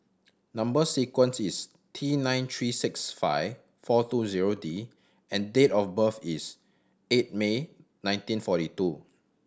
number sequence is T nine three six five four two zero D and date of birth is eight May nineteen forty two